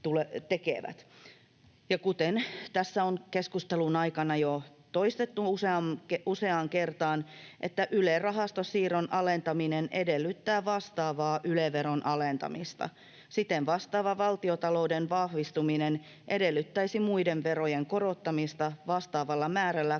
kuten tässä on keskustelun aikana jo toistettu useaan kertaan, niin Yle-rahastosiirron alentaminen edellyttää vastaavaa Yle-veron alentamista. Siten vastaava valtiontalouden vahvistuminen edellyttäisi muiden verojen korottamista vastaavalla määrällä